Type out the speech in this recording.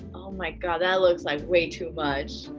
oh my god. that looks like way too much.